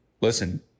Listen